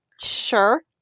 Sure